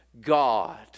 God